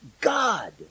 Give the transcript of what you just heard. God